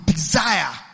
Desire